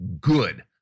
good